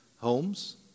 homes